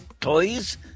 Toys